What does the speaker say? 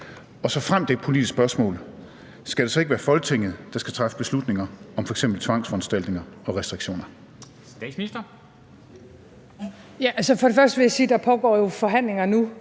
Og såfremt det er et politisk spørgsmål, skal det så ikke være Folketinget, der skal træffe beslutninger om f.eks. tvangsforanstaltninger og restriktioner? Kl. 14:17 Formanden